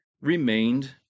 remained